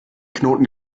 knoten